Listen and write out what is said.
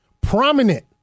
Prominent